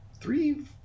three